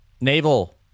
Naval